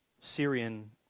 Syrian